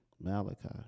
malachi